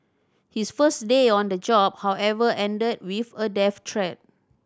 his first day on the job however ended with a death threat